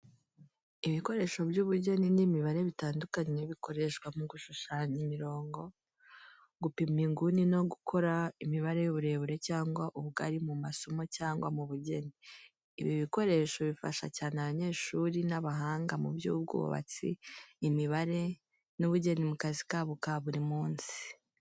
Ibikoresho by’ubugeni n’imibare bitandukanye bikoreshwa mu gushushanya imirongo, gupima inguni no gukora imibare y’uburebure cyangwa ubugari mu masomo cyangwa mu bugeni. Ibi bikoresho bifasha cyane abanyeshuri n’abahanga mu by’ubwubatsi, imibare n’ubugeni mu kazi kabo ka buri munsi.